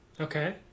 Okay